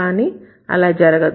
కానీ అలా జరగదు